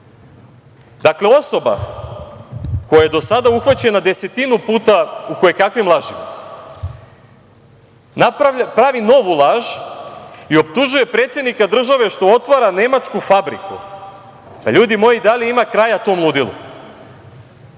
Palme. Dakle, osoba koja je do sada uhvaćena desetinu puta u kojekakvim lažima pravi novu laž i optužuje predsednika države što otvara nemačku fabriku. Ljudi moji, da li ima kraja tom ludilu?